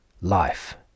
Life